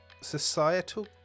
societal